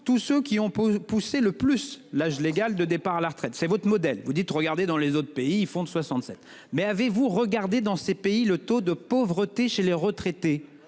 tous ceux qui ont poussé le plus l'âge légal de départ à la retraite, c'est votre modèle vous dites regarder dans les autres pays font de 67. Mais avez-vous regardée dans ces pays, le taux de pauvreté chez les retraités